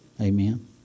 amen